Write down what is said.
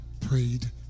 prayed